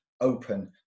open